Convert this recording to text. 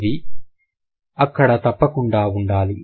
అది అక్కడ తప్పకుండా ఉండాలి